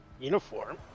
uniform